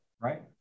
Right